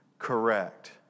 Correct